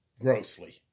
Grossly